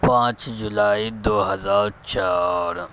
پانچ جولائی دو ہزار چار